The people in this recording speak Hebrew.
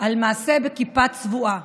על מעשה בכיפה צבועה.